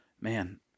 man